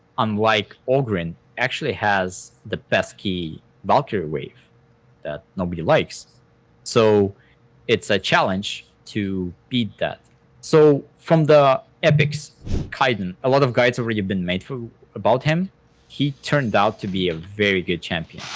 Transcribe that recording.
unlike ogryn, actually has the pesky valkyrie wave that nobody likes so it's a challenge to beat that so from the epics kaiden, a lot of guys already been made for about him he turned out to be a very good champion,